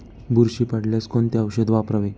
बुरशी पडल्यास कोणते औषध वापरावे?